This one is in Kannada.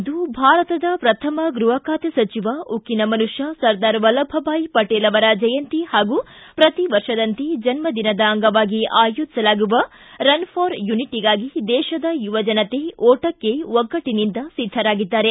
ಇಂದು ಭಾರತದ ಪ್ರಥಮ ಗೃಹ ಖಾತೆ ಸಚಿವ ಉಕ್ಕಿನ ಮನುಷ್ಟ ಸರ್ದಾರ್ ವಲ್ಲಭ್ಭಾಯ್ ಪಟೇಲ್ ಅವರ ಜಯಂತಿ ಹಾಗೂ ಪ್ರತಿ ವರ್ಷದಂತೆ ಜನ್ನ ದಿನದ ಅಂಗವಾಗಿ ಆಯೋಜಿಸಲಾಗುವ ರನ್ ಫಾರ್ ಯುನಿಟಗಾಗಿ ದೇಶದ ಯುವ ಜನತೆ ಓಟಕ್ಕೆ ಒಗ್ಗಟ್ಟಿನಿಂದ ಸಿದ್ಧರಾಗಿದ್ದಾರೆ